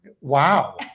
Wow